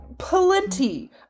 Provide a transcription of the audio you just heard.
Plenty